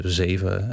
zeven